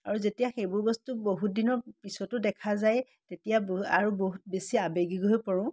আৰু যেতিয়া সেইবোৰ বস্তু বহুত দিনৰ পিছতো দেখা যায় তেতিয়া ব আৰু বহুত বেছি আবেগিক হৈ পৰোঁ